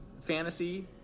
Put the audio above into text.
fantasy